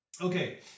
Okay